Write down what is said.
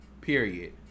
Period